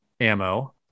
ammo